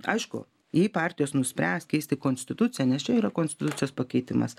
aišku jei partijos nuspręs keisti konstituciją nes čia yra konstitucijos pakeitimas